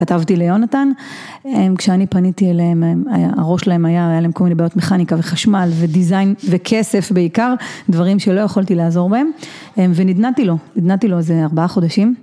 כתבתי ליונתן, כשאני פניתי אליהם הראש שלהם היה... היה להם כל מיני בעיות מכניקה, וחשמל, ודיזיין, וכסף בעיקר, דברים שלא יכולתי לעזור בהם, ונדנדנתי לו, נדנדתי לו איזה ארבעה חודשים.